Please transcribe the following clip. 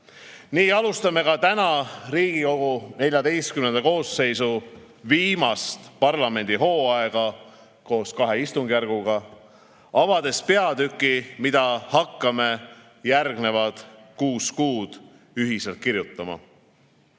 Nii alustame ka täna Riigikogu XIV koosseisu viimast parlamendihooaega koos kahe istungjärguga, avades peatüki, mida hakkame järgnevad kuus kuud ühiselt kirjutama. Peatükke